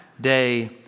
day